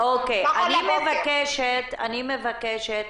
אני מבקשת